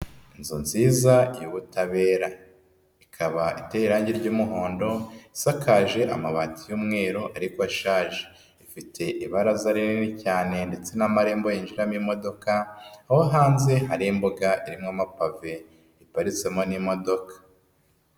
Inzu nziza y'ubutabera. Ikaba iteye irangi ry'umuhondo, isakaje amabati y'umweru ariko ashaje. Ifite ibaraza rinini cyane ndetse n'amarembo yinjiramo imodoka, aho hanze hari imbuga irimo amapave iparitsemo n'imodoka.